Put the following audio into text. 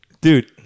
Dude